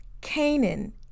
Canaan